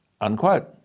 unquote